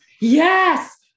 Yes